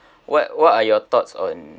what what are your thoughts on